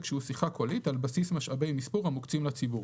שהוא שיחה קולית על בסיס משאבי מספור המוקצים לציבור"."